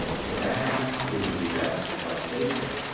if that happened, it would be best if i stayed there.